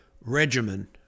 regimen